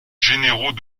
généraux